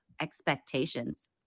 expectations